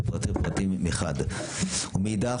מאידך,